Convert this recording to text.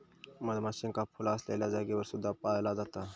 मधमाशींका फुला असलेल्या जागेवर सुद्धा पाळला जाता